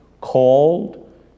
called